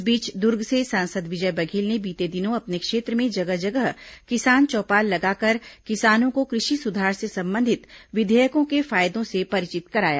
इस बीच दुर्ग से सांसद विजय बघेल ने बीते दिनों अपने क्षेत्र में जगह जगह किसान चौपाल लगाकर किसानों को कृषि सुधार से संबंधित विधेयकों के फायदों से परिचित कराया